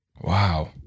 Wow